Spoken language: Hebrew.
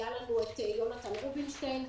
היה לנו את יונתן רובינשטיין.